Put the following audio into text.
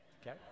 Okay